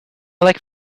like